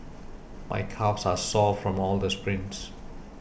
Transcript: my calves are sore from all the sprints